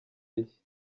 rishya